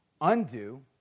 undo